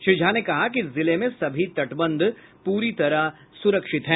श्री झा ने कहा कि जिले में सभी तटबंध पूरी तरह सुरक्षित हैं